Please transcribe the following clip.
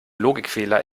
logikfehler